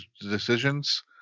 decisions